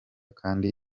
kandi